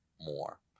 more